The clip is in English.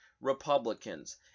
Republicans